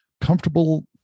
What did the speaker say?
comfortable